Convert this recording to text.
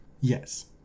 yes